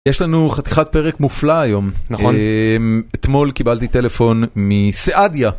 יש לנו חתיכת פרק מופלא היום, אתמול קיבלתי טלפון מסעדיה.